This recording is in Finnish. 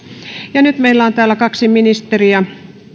ja nyt meillä on täällä kaksi ministeriä